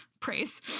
praise